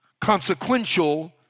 consequential